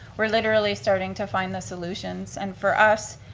we're literally starting to find the solutions, and for us,